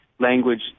language